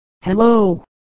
Hello